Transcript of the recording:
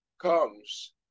comes